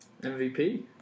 MVP